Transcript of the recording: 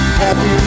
happy